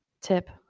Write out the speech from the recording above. tip